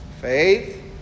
Faith